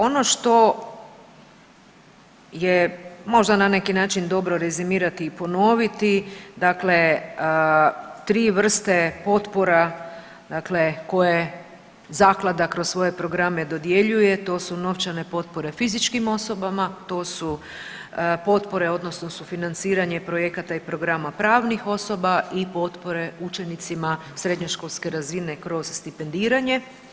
Ono što je možda na neki način dobro rezimirati i ponoviti, dakle tri vrste potpora koje zaklada kroz svoje programe dodjeljuje, to su novčane potpore fizičkim osobama, to su potpore odnosno sufinanciranje projekata i programa pravnih osoba i potpore učenicima srednjoškolske razine kroz stipendiranje.